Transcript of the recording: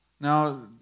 Now